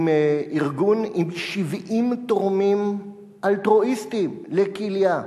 ארגון עם 70 תורמים אלטרואיסטים לכליה,